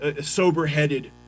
sober-headed